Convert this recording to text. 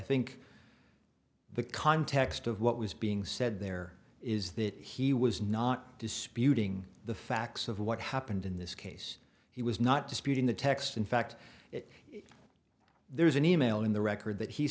think the context of what was being said there is that he was not disputing the facts of what happened in this case he was not disputing the text in fact there was an email in the record that he